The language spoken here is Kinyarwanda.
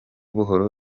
buhoro